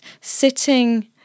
sitting